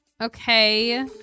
Okay